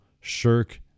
shirk